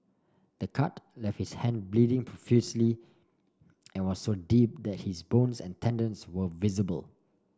the cut left his hand bleeding profusely and was so deep that his bones and tendons were visible